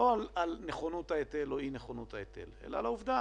לא על נכונות ההיטל או אי נכונות ההיטל אלא על העובדה